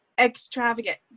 extravagant